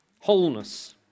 wholeness